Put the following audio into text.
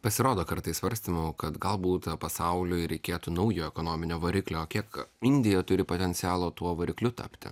pasirodo kartais svarstymų kad galbūt pasauliui reikėtų naujo ekonominio variklio kiek indija turi potencialo tuo varikliu tapti